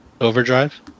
Overdrive